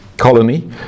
colony